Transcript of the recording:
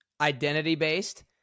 identity-based